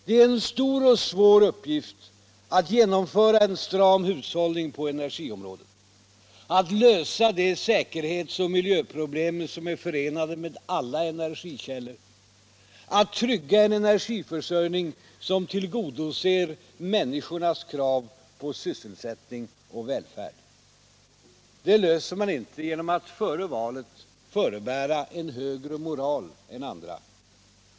Det är en stor och svår uppgift att genomföra en stram hushållning på energiområdet, att lösa de säkerhets och miljöproblem som är förenade med alla energikällor, att trygga en energiförsörjning som tillgodoser människornas krav på sysselsättning och välfärd. Den löser man inte genom att före valet förebära en högre moral än andra.